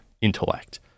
intellect